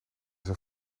zijn